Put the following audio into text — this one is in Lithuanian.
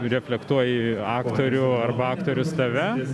reflektuoji aktorių arba aktorius tave